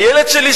הילד שלי,